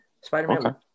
spider-man